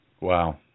Wow